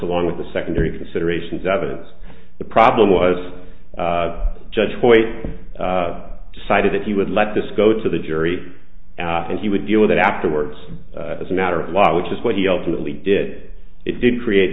along with a secondary consideration as evidence the problem was judge hoyt decided that he would let this go to the jury and he would deal with it afterwards as a matter of law which is what he ultimately did it did create